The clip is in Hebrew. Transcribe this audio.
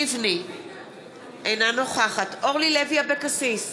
אינה נוכחת אורלי לוי אבקסיס,